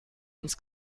ins